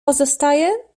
pozostaje